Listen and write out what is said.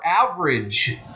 average